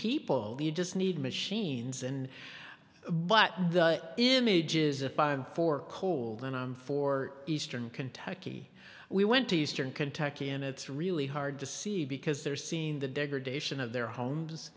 people just need machines and but the image is a fine for cold and i'm for eastern kentucky we went to eastern kentucky and it's really hard to see because they're seeing the degradation of their homes